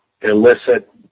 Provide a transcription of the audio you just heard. illicit